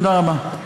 תודה רבה.